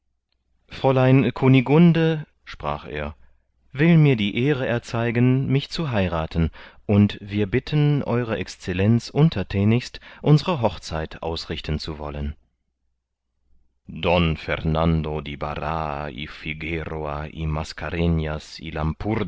fräulein kunigunde sprach er will mir die ehre erzeigen mich zu heirathen und wir bitten ew excellenz unterthänigst unsre hochzeit ausrichten zu wollen don fernando